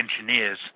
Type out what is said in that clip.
engineers